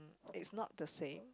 it's not the same